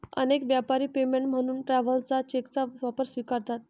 अनेक व्यापारी पेमेंट म्हणून ट्रॅव्हलर्स चेकचा वापर स्वीकारतात